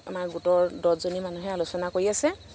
আমাৰ গোটৰ দছজনী মানুহে আলোচনা কৰি আছে